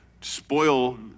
spoil